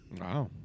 Wow